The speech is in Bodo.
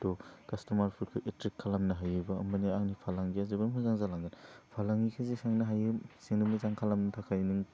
थ' खास्ट'मारफोरखौ एट्रेक खालामनो हायोबा मानि आंनि फालांगिया जोबोर मोजां जालांगोन फालांगिखौ जेसेनो हायो जोंनो मोजां खालामनो थाखाइ नों